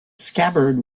scabbard